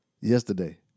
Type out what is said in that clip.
yesterday